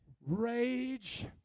rage